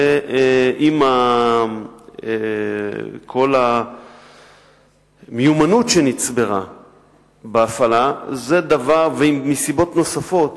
עם כל המיומנות שנצברה בהפעלה, ומסיבות נוספות,